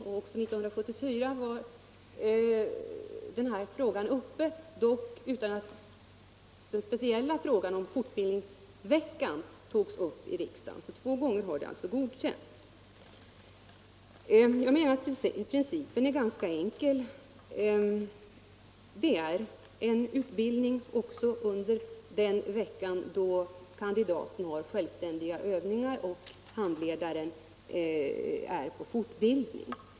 Också 1974 var denna sak uppe, dock utan att den speciella frågan om fortbildningsveckan berördes i riksdagen. Två gånger har det alltså godkänts. Jag menar att principen är ganska enkel. Det äger rum en utbildning också under den veckan då kandidaten har självständiga övningar och handledaren är på fortbildning.